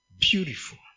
beautiful